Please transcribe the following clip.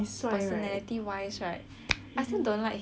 I still don't like his personality